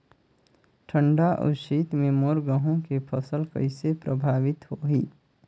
ठंडा अउ शीत मे मोर गहूं के फसल कइसे प्रभावित होही?